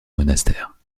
monastère